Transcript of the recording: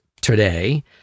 today